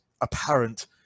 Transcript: apparent